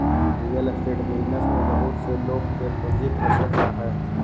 real estate business में बहुत से लोग के पूंजी फंस जा हई